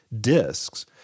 discs